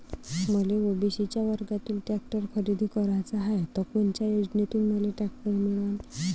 मले ओ.बी.सी वर्गातून टॅक्टर खरेदी कराचा हाये त कोनच्या योजनेतून मले टॅक्टर मिळन?